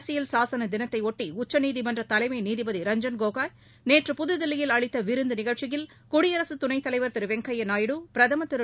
அரசியல் சாசனதினத்தையொட்டி உச்சநீதிமன்றதலைமைநீதிபதி ரஞ்சன் கோகோய் நேற்று புதுதில்லியில் அளித்தவிருந்துநிகழ்ச்சியில் குடியரசுதுணைத் தலைவர் திருவெங்கையாநாயுடு பிரதமர் திரு